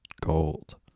gold